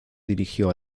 dirigió